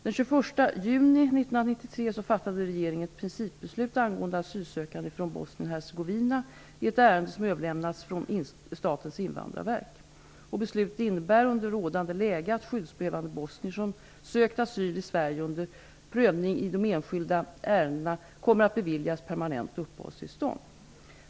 Den 21 juni 1993 fattade regeringen ett principbeslut angående asylsökande från Bosnien-Hercegovina i ett ärende som överlämnats från Statens invandrarverk. Beslutet innebär under rådande läge att skyddsbehövande bosnier som sökt asyl i Sverige efter prövning i de enskilda ärendena kommer att beviljas permanent uppehållstillstånd.